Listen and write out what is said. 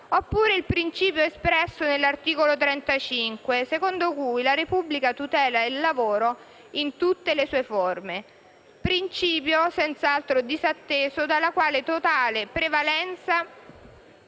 oppure il principio espresso nell'articolo 35, secondo cui la Repubblica tutela il lavoro in tutte le sue forme; principio senz'altro disatteso dalla quasi totale prevalenza